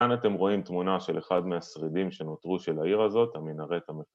‫כאן אתם רואים תמונה של אחד ‫מהשרידים שנותרו של העיר הזאת, ‫המינרט המקומי.